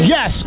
Yes